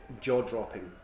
jaw-dropping